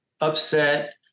upset